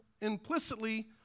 implicitly